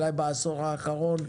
אולי בעשור האחרון,